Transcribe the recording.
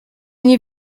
nie